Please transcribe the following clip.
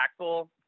impactful